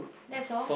that's all